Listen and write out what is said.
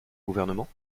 gouvernement